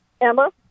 Emma